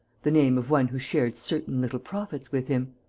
the name of one who shared certain little profits with him.